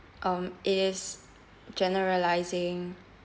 um it is generalising